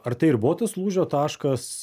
ar tai ir buvo tas lūžio taškas